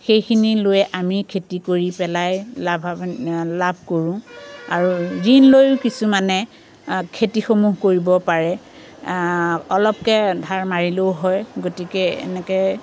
সেইখিনি লৈ আমি খেতি কৰি পেলাই লাভাৱান লাভ কৰোঁ আৰু ঋণ লৈয়ো কিছুমানে খেতিসমূহ কৰিব পাৰে অলপকৈ ধাৰ মাৰিলেও হয় গতিকে এনেকৈ